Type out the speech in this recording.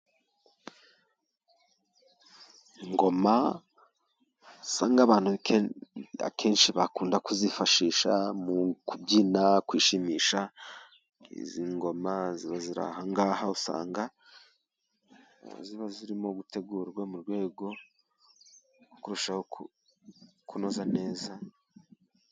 Ingoma usanga abantu akenshi bakunda kuzifashisha mu kubyina, kwishimisha. Izi ngoma ziba ziri ahangaha usanga ziba zirimo gutegurwa mu rwego kurushaho kunoza neza.